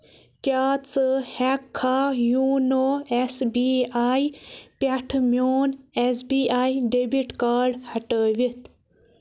کیٛاہ ژٕ ہٮ۪ککھا یونو ایس بی آئی پٮ۪ٹھٕ میٛون S B I debit card ہٹٲوِتھ